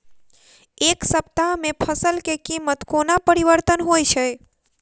एक सप्ताह मे फसल केँ कीमत कोना परिवर्तन होइ छै?